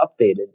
updated